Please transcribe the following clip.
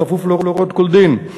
בכפוף להוראות כל דין,